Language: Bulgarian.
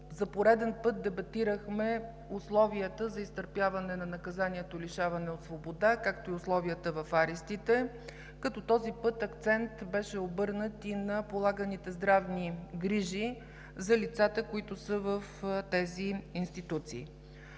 за пореден път дебатирахме условията за изтърпяване на наказанието „лишаване от свобода“, както и условията в арестите, като този път акцент беше обърнат и на полаганите здравни грижи за лицата, които са в тези институции.